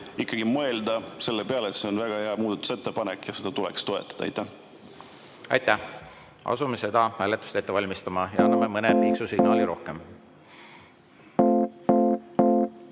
ikkagi mõelda selle peale, et see on väga hea muudatusettepanek ja seda tuleks toetada. Aitäh! Asume seda hääletust ette valmistama. Ja laseme mõne piiksu signaali rohkem.